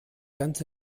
ganz